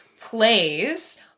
plays